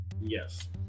yes